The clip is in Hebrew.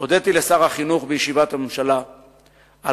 הודיתי לשר החינוך בישיבת הממשלה על